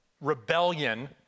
rebellion